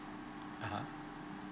(uh huh)